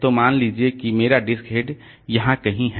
तो मान लीजिए कि मेरा डिस्क हेड यहां कहीं है